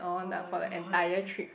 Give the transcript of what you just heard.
oh-my-god